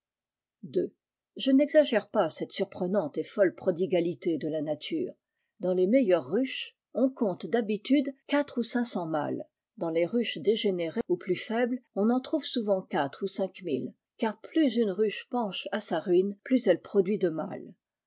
je n'exagère pas cette surprenante et fol prodigalité de la nature dans les meilleun ruches on compte d'habitude quatre ou cinq cents mâles dans îes ruches dégénérées ou plus faibles on en trouve souvent quatre ou cinq mille car plus une ruche penche à sa ruine plus elle produit de mâles